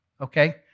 Okay